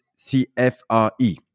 CFRE